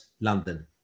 London